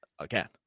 Again